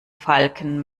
falken